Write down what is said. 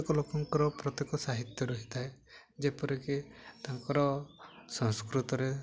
ଲୋକଙ୍କର ପ୍ରତ୍ୟେକ ସାହିତ୍ୟ ରହିଥାଏ ଯେପରିକି ତାଙ୍କର ସଂସ୍କୃତରେ